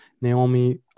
Naomi